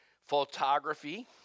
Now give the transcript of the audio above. photography